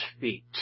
feet